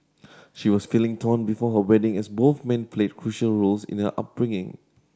she was feeling torn before her wedding as both men played crucial roles in the upbringing